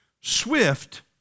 swift